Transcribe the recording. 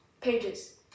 pages